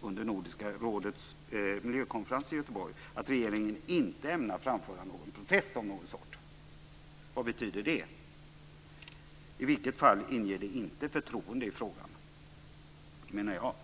under Nordiska rådets miljökonferens i Göteborg, gjorde statsministern klart att regeringen inte ämnar framföra någon protest av något slag. Vad betyder det? I vilket fall som helst inger det inte förtroende i frågan, menar jag.